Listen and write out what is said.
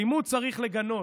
אלימות צריך לגנות,